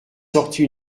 sorti